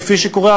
כפי שקורה,